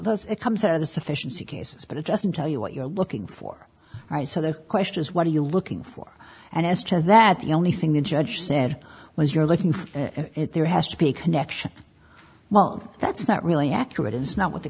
those it comes out of the sufficiency cases but it doesn't tell you what you're looking for so the question is what are you looking for and as to that the only thing the judge said was you're looking for it there has to be a connection well that's not really accurate is not what the